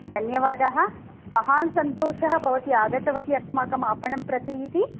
धन्यवादः महान् सन्तोषः भवती आगतवती अस्माकम् आपणं प्रति इति